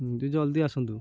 ହୁଁ ଟିକେ ଜଲ୍ଦି ଆସନ୍ତୁ